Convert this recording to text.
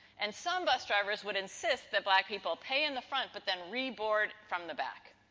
and, some bus drivers would insist that black people pay in the front but then reboard from the back.